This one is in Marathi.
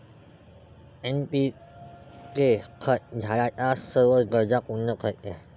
एन.पी.के खत झाडाच्या सर्व गरजा पूर्ण करते